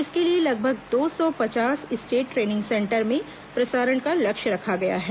इसके लिए लगभग दो सौ पचास स्टेट ट्रेनिंग सेंटर में प्रसारण का लक्ष्य रखा गया है